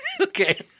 Okay